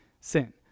sin